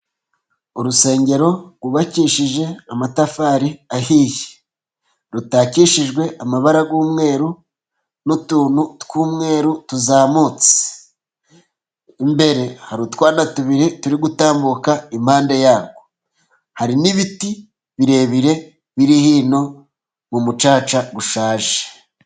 Urusengero rwubakishije amatafari ahiye rutakishijwe amabara y'umweru n'utuntu tw'umweru tuzamutse. Imbere hari utwana tubiri turi gutambuka impande yarwo hari n'ibiti birebire biri hino mu mucaca ushaje.